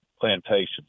plantations